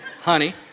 Honey